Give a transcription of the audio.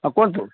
ହଁ କୁହନ୍ତୁ